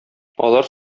алар